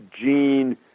Gene